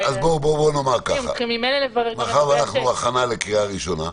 -- מאחר שאנחנו בהכנה לקריאה ראשונה,